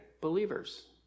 believers